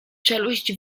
czeluść